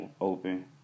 open